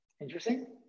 Interesting